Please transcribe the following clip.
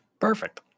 Perfect